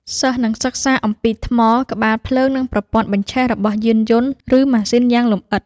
សិស្សនឹងសិក្សាអំពីថ្ម ក្បាលភ្លើង និងប្រព័ន្ធបញ្ឆេះ របស់យានយន្ត ឬម៉ាស៊ីនយ៉ាងលម្អិត។